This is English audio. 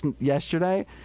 yesterday